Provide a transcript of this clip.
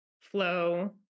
flow